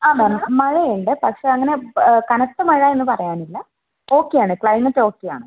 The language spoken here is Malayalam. ആ മാം മഴയുണ്ട് പക്ഷേ അങ്ങനെ ബ് കനത്ത മഴ എന്ന് പറയാനില്ല ഓക്കെ ആണ് ക്ലൈമറ്റ് ഒക്കെ ആണ്